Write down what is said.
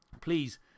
please